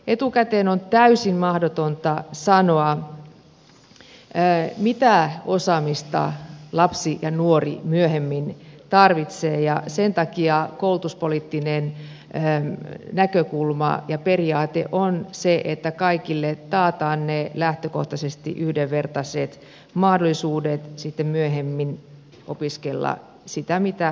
etukäteen on täysin mahdotonta sanoa mitä osaamista lapsi ja nuori myöhemmin tarvitsee ja sen takia koulutuspoliittinen näkökulma ja periaate on se että kaikille taataan lähtökohtaisesti yhdenvertaiset mahdollisuudet opiskella myöhemmin sitä mitä haluaa